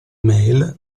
mail